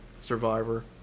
survivor